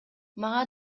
мага